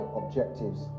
objectives